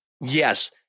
Yes